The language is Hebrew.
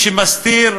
מי שמסתיר,